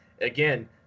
again